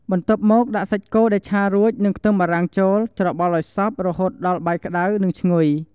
បន្ទាប់មកដាក់សាច់គោដែលឆារួច និងខ្ទឹមបារាំងចូល ច្របល់ឱ្យសព្វ រហូតដល់បាយក្តៅ និង ឈ្ងុយ។